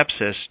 sepsis